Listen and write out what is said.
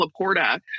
Laporta